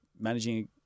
managing